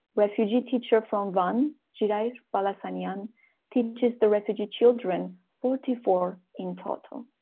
refugee teacher from van jirair palasanyan teaches the refugee children, forty four in total.